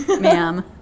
ma'am